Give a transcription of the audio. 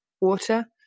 water